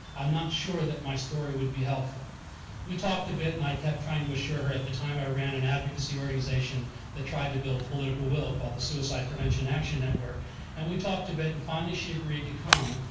i'm not sure that my story would be helpful. and quot we talked a bit, and i kept trying to assure her at the time i ran an advocacy organization that tried to build political will, called the suicide prevention action network and we talked a bit. and finally she agreed to come.